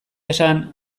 esan